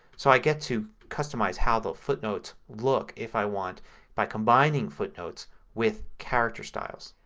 so i get to customize how the footnotes look if i want by combining footnotes with character styles.